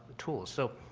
tools. so